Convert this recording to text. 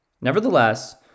Nevertheless